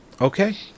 Okay